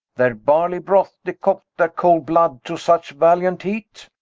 their barly broth, decoct their cold blood to such valiant heat?